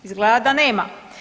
Izgleda da nema.